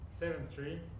Seven-three